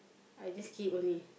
I just keep only